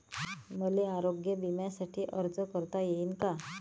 मले आरोग्य बिम्यासाठी अर्ज करता येईन का?